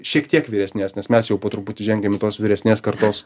šiek tiek vyresnės nes mes jau po truputį žengiam į tos vyresnės kartos